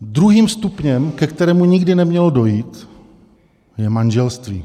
Druhým stupněm, ke kterému nikdy nemělo dojít, je manželství.